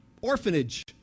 orphanage